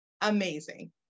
amazing